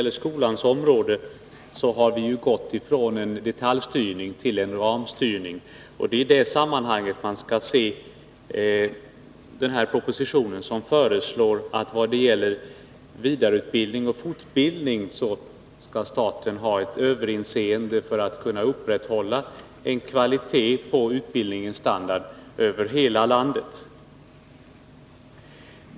På skolans område har vi ju gått från detaljstyrning till ramstyrning, och det är i det sammanhanget man skall se denna proposition, som föreslår att staten vad gäller vidareutbildning och fortbildning skall ha ett överinseende för att kunna upprätthålla en viss kvalitet på utbildningen över hela landet.